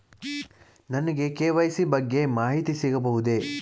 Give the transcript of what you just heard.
ನನಗೆ ಕೆ.ವೈ.ಸಿ ಬಗ್ಗೆ ಮಾಹಿತಿ ಸಿಗಬಹುದೇ?